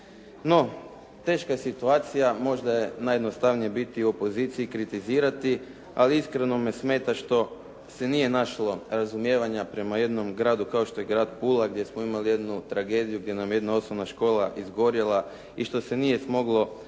No teška je situacija. Možda je najjednostavnije biti u opoziciji, kritizirati. Ali iskreno me smeta što se nije našlo razumijevanja prema jednom gradu kao što je grad Pula gdje smo imali jednu tragediju gdje nam je jedna osnovna škola izgorjela i što se nije smoglo hrabrosti